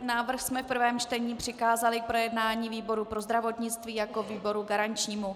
Návrh jsme v prvém čtení přikázali k projednání výboru pro zdravotnictví jako výboru garančnímu.